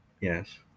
Yes